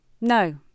no